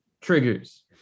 triggers